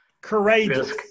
Courageous